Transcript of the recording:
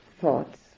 thoughts